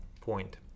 point